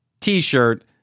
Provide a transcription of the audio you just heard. T-shirt